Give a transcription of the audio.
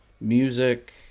music